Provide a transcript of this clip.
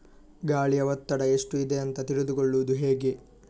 ಗಾಳಿಯ ಒತ್ತಡ ಎಷ್ಟು ಇದೆ ಅಂತ ತಿಳಿದುಕೊಳ್ಳುವುದು ಹೇಗೆ?